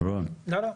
לא.